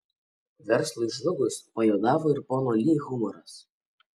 verslui žlugus pajuodavo ir pono li humoras